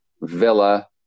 Villa